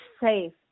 safe